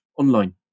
online